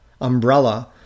umbrella